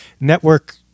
network